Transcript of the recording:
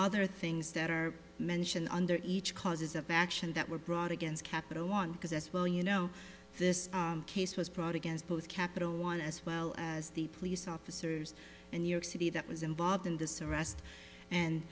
other things that are mentioned under each causes of action that were brought against capital one because as well you know this case was brought against both capital one as well as the police officers and new york city that was involved in this arrest and